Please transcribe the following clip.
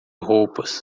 roupas